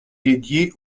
dédié